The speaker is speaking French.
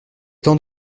temps